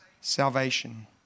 salvation